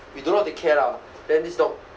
we don't know how take care lah then this dog